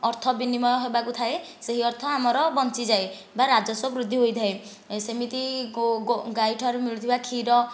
ଅର୍ଥ ବିନିମୟ ହେବାକୁ ଥାଏ ସେହି ଅର୍ଥ ଆମର ବଞ୍ଚିଯାଏ ବା ରାଜସ୍ବ ବୃଦ୍ଧି ହୋଇଥାଏ ସେମିତି ଗୋ ଗୋ ଗାଈ ଠାରୁ ମିଳୁଥିବା କ୍ଷୀର